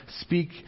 speak